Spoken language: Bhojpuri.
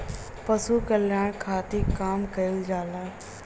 पशु कल्याण खातिर काम कइल जाला